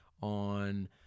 on